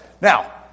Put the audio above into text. now